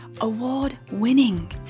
Award-winning